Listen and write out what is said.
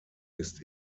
ist